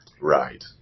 Right